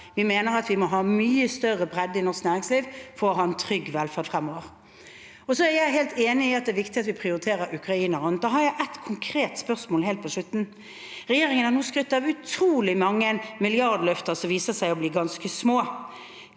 vi mener at vi må ha mye større bredde i norsk næringsliv for å ha en trygg velferd fremover. Jeg er helt enig i at det er viktig at vi prioriterer Ukraina, og da har jeg ett konkret spørsmål helt på slutten. Regjeringen har nå skrytt av utrolig mange milliardløfter som viser seg å bli ganske små.